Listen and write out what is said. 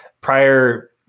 prior